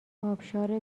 آبشار